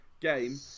game